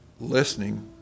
listening